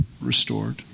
restored